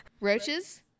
roaches